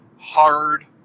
hard